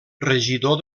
regidor